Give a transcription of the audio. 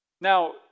Now